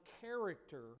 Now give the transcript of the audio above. character